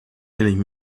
telling